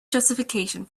justification